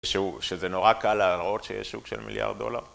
שזה נורא קל להראות שיש שוק של מיליארד דולר.